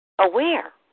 aware